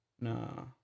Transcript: No